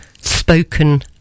spoken